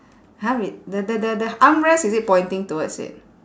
!huh! wait the the the the armrest is it pointing towards it